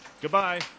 Goodbye